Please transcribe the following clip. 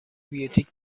بیوتیک